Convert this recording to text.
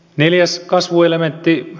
neljäs kasvuelementti